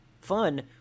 Fun